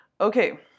Okay